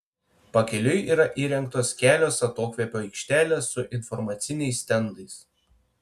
pakeliui yra įrengtos kelios atokvėpio aikštelės su informaciniais stendais